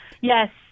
yes